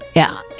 yeah.